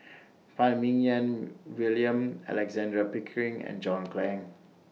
Phan Ming Yen William Alexander Pickering and John Clang